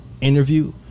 interview